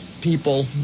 people